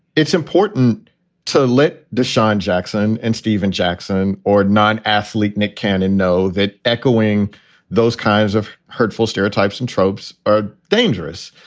it's important to let deshawn jackson and stephen jackson or non athlete nick cannon know that echoing those kinds of hurtful stereotypes and tropes are dangerous.